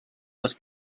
les